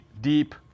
deep